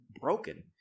broken